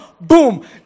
Boom